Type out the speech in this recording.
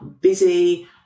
busy